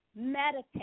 meditate